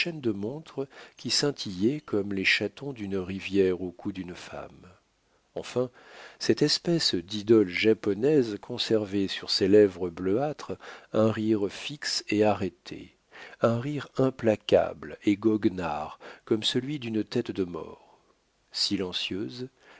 de montre qui scintillait comme les chatons d'une rivière au cou d'une femme enfin cette espèce d'idole japonaise conservait sur ses lèvres bleuâtres un rire fixe et arrêté un rire implacable et goguenard comme celui d'une tête de mort silencieuse